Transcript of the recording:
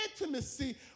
intimacy